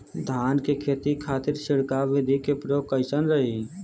धान के खेती के खातीर छिड़काव विधी के प्रयोग कइसन रही?